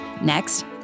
Next